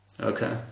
Okay